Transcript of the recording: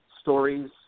stories